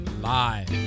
live